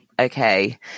Okay